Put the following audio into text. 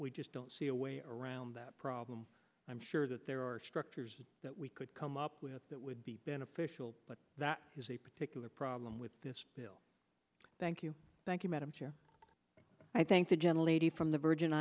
we just don't see a way around that problem i'm sure that there are structures that we could come up with that would be beneficial but that is a particular problem with this bill thank you thank you madam chair i thank the general a d from the virgin